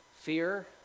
fear